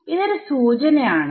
ഇതൊരു സൂചന ആണ്